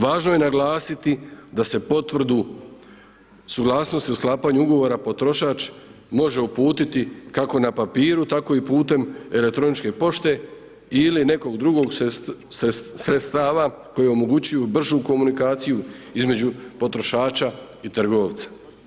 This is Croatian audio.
Važno je naglasiti da se potvrdu suglasnosti o sklapanju ugovora potrošač može uputiti kako na papiru tako i putem elektroničke pošte ili nekom drugom sredstava koje omogućuje bržu komunikaciju između potrošača i trgovca.